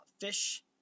fish